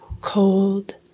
cold